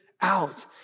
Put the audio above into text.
out